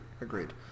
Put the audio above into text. Agreed